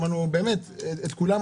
שמענו את כולם,